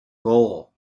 goal